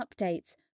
updates